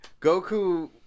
Goku